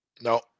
No